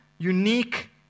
Unique